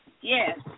Yes